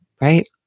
right